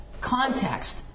context